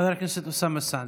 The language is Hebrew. חבר הכנסת אוסאמה סעדי.